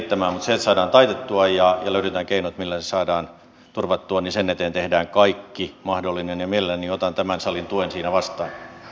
mutta sen eteen että se saadaan taitettua ja löydetään keinot millä se saadaan turvattua tehdään kaikki mahdollinen ja mielelläni otan tämän salin tuen siinä vastaan